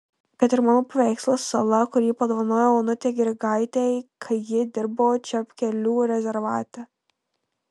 kad ir mano paveikslas sala kurį padovanojau onutei grigaitei kai ji dirbo čepkelių rezervate